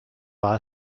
war